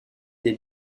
des